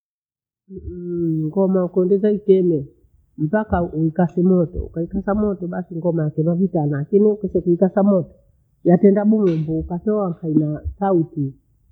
ngoma ukwembize itene mpaka ukiathe moto. Ukaitha moto basi ngoma yakwira vitana, lakini kusipo ikasa moto yatenda buyee ndo ukatoa mfanya taiti.